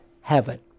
heaven